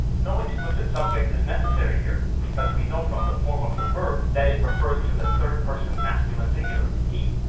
no explicit subject is necessary here, because we know from the form of the verb that it refers to the third-person masculine singular he.